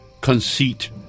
conceit